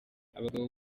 abagabo